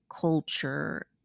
culture